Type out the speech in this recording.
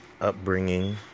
upbringing